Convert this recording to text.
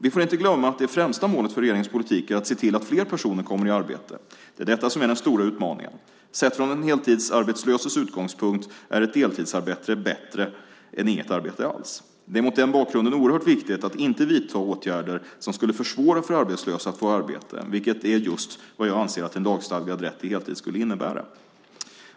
Vi får inte glömma att det främsta målet för regeringens politik är att se till att fler personer kommer i arbete; det är detta som är den stora utmaningen. Sett från den heltidsarbetslöses utgångspunkt är ett deltidsarbete bättre än inget arbete alls. Det är mot den bakgrunden oerhört viktigt att inte vidta åtgärder som skulle försvåra för arbetslösa att få arbete, vilket är just vad jag anser att en lagstadgad rätt till heltid skulle innebära.